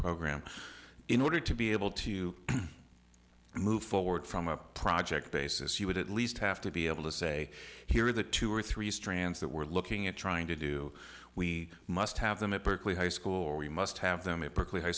program in order to be able to move forward from a project basis you would at least have to be able to say here are the two or three strands that we're looking at trying to do we must have them at berkeley high school or we must have them at berkeley high